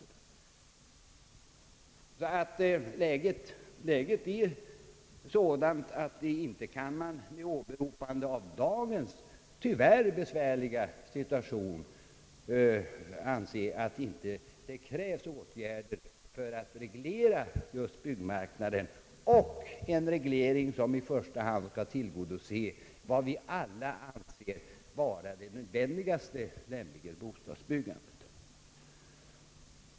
Därför är läget enligt min mening sådant att man ingalunda kan med åberopande av dagens tyvärr besvärliga situation anse att det inte krävs åtgärder för att reglera just byggmarknaden — en reglering som i första hand skall tillgodose det vi alla finner viktigast, nämligen behovet av bostäder.